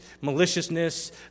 maliciousness